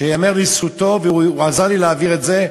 שייאמר לזכותו שהוא עזר לי להעביר את זה,